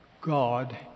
God